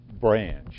branch